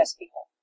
people